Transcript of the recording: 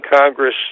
Congress